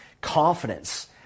confidence